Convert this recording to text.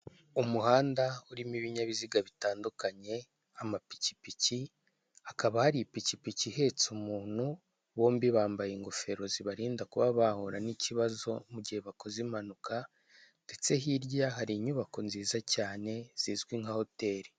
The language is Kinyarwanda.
Umuhanda urimo ibinyabiziga bitandukanye amapikipiki, hakaba hari ipikipiki ihetse umuntu bombi bambaye ingofero zibarinda kuba bahura n'ikibazo mu gihe bakoze impanuka ndetse hirya hari inyubako nziza cyane zizwi nka hoteri.